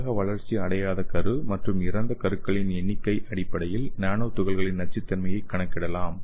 சரியாக வளர்ச்சி அடையாத கரு மற்றும் இறந்த கருக்களின் எண்ணிக்கை அடிப்படையில் நானோ பொருட்களின் நச்சுத்தன்மையைக் கணக்கிடலாம்